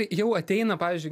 jau ateina pavyzdžiui